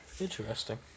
Interesting